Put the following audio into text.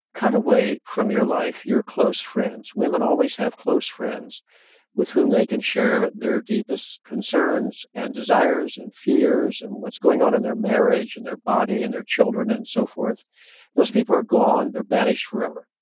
cut away from your life, your close friends. women always have close friends with whom they can share their deepest concerns and desires and fears and what's going on in their marriage and their body and their children and so forth those people are gone, they're vanished forever.